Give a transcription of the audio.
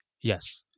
Yes